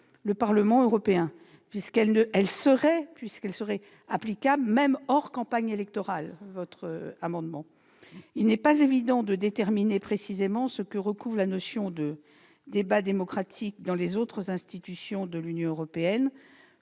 le Parlement européen, car ces obligations seraient applicables même hors campagne électorale. En outre, il n'est pas évident de déterminer précisément ce que recouvre la notion de débat démocratique dans les autres institutions de l'Union que